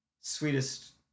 sweetest